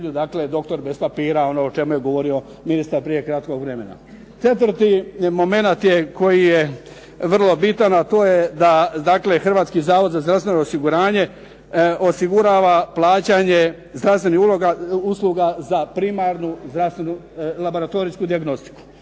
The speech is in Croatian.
dakle doktor bez papira, ono o čemu je govorio ministar prije kratkog vremena. Četvrti momenat je koji je vrlo bitan, a to je da dakle Hrvatski zavod za zdravstveno osiguranje osigurava plaćanje zdravstvenih usluga za primarnu zdravstvenu laboratorijsku dijagnostiku.